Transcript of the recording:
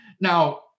Now